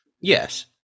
yes